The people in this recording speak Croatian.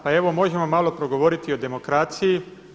Pa evo, možemo malo progovoriti o demokraciji.